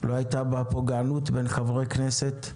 לא היתה פה פוגענות בין חברי כנסת.